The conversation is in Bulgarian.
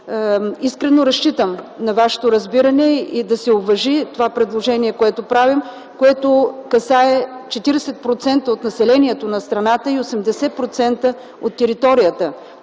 Искрено разчитам на вашето разбиране да се уважи това предложение, което правим, което касае 40% от населението на страната и 80% от територията.